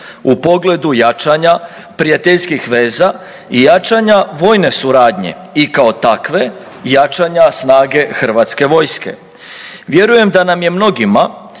u pogledu jačanja prijateljskih veza i jačanja vojne suradnje i kao takve jačanja snage hrvatske vojske. Vjerujem da nam je mnogima